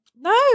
no